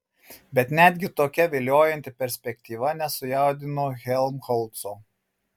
bet netgi tokia viliojanti perspektyva nesujaudino helmholco